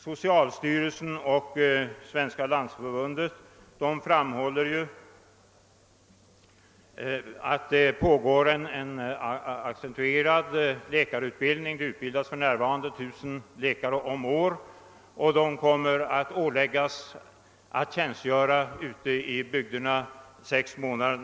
Socialstyrelsen och Svenska landstingsförbundet framhåller att läkarutbildningskapaciteten utökats och att det för närvarande utbildas 1 000 läkare om året, som efter avlagd examen åläggs att tjänstgöra ute i bygderna under sex månader.